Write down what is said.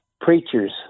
preachers